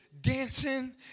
dancing